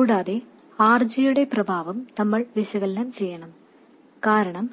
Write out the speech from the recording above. കൂടാതെ RG യുടെ പ്രഭാവം നമ്മൾ വിശകലനം ചെയ്യണം കാരണം